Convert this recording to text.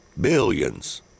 Billions